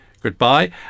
Goodbye